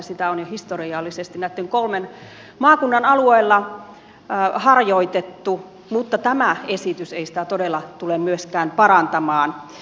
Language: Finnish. sitä on jo historiallisesti näitten kolmen maakunnan alueella harjoitettu mutta tämä esitys ei sitä todella tule myöskään parantamaan